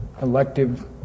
elective